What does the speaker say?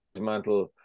Mantle